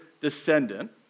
descendant